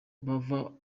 bava